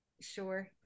sure